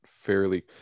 fairly